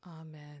Amen